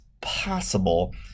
possible